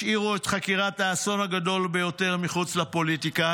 השאירו את חקירת האסון הגדול ביותר מחוץ לפוליטיקה.